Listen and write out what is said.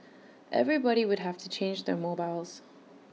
everybody would have to change their mobiles